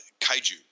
kaiju